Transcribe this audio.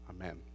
amen